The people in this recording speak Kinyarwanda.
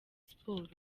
sports